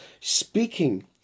speaking